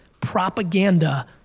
propaganda